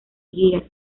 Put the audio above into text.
guías